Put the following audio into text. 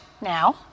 now